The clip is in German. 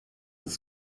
des